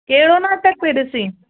कहिड़ो नाटक पई ॾिसीं